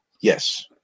Yes